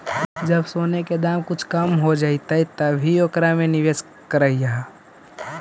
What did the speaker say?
जब सोने के दाम कुछ कम हो जइतइ तब ही ओकरा में निवेश करियह